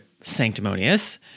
sanctimonious